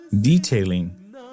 detailing